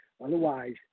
Otherwise